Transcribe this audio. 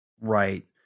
Right